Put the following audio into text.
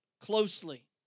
closely